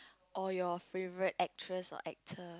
or your favorite actress or actor